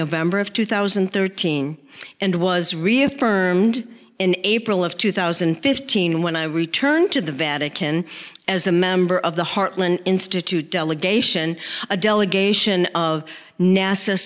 november of two thousand and thirteen and was reaffirmed in april of two thousand and fifteen when i returned to the vatican as a member of the heartland institute delegation a delegation of nasa